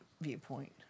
viewpoint